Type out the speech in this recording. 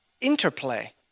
interplay